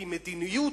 כי מדיניות,